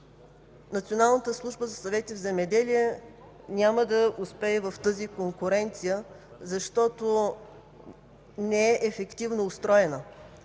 Националната служба за съвети в земеделието няма да успее в тази конкуренция, защото не е ефективно устроена.